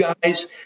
guys